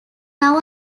now